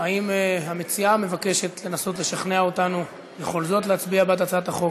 האם המציעה מבקשת לנסות לשכנע אותנו בכל זאת להצביע בעד הצעת החוק?